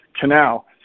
canal